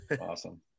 Awesome